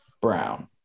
Brown